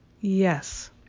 Yes